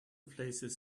places